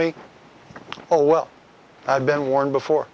me oh well i've been warned before